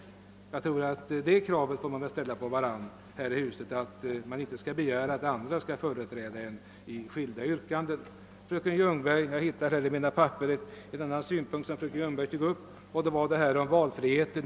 Jag tror att vi nog kan ställa det kravet på varandra här i huset att vi inte skall begära att andra ledamöter skall företräda oss i skilda yrkanden. Jag hittar här bland mina papper en anteckning om en annan synpunkt som fröken Ljungberg. tog upp; det gäller valfriheten i hustyper. Låt mig citera reservationen.